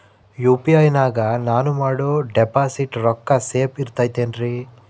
UPI ನಾಗ ನಾನು ಮಾಡೋ ಡಿಪಾಸಿಟ್ ರೊಕ್ಕ ಸೇಫ್ ಇರುತೈತೇನ್ರಿ?